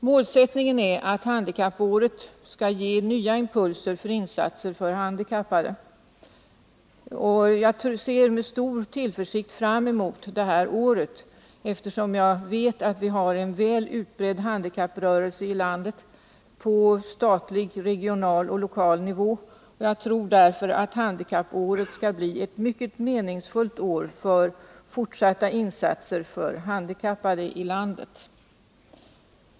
Målsättningen är att handikappåret skall ge nya impulser till insatser för handikappade, och jag ser med stor tillförsikt fram mot det här året, eftersom jag vet att vi har en väl utbredd handikapprörelse i landet på statlig, regional och lokal nivå. Jag tror därför att det skall bli ett mycket meningsfyllt år för fortsatta insatser för de handikappade i landet.